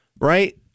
Right